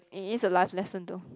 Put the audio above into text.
it is a life lesson though